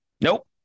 Nope